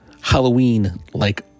Halloween-like